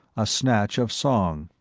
a snatch of song.